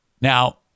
Now